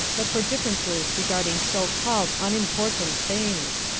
but for differences regarding so-called unimportant things.